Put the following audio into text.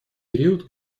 период